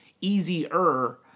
easier